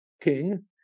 king